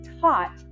taught